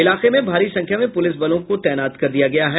इलाके में भारी संख्या में पुलिस बलों को तैनात कर दिया गया है